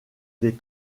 des